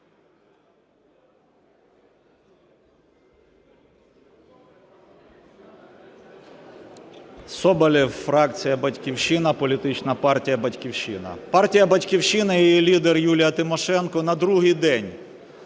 Соболєв, фракція "Батьківщина", політична партія "Батьківщина". Партія "Батьківщина" і її лідер Юлія Тимошенко на другий день